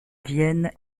vienne